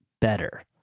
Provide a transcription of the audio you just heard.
better